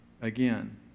again